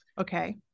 Okay